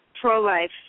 pro-life